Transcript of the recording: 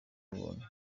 ubuntu